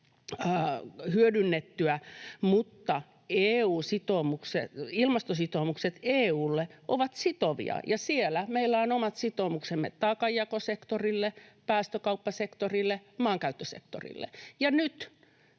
hyödynnettyä, mutta ilmastositoumukset EU:lle ovat sitovia, ja siellä meillä on omat sitoumuksemme taakanjakosektorille, päästökauppasektorille, maankäyttösektorille. Nyt